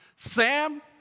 Sam